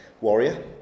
Warrior